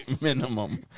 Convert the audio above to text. minimum